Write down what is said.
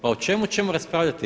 Pa o čemu ćemo raspravljati?